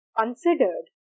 considered